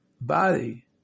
body